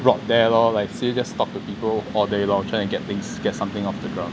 rot there lor like say just talk to people all day long and try get things get something off the ground